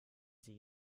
sie